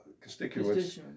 Constituents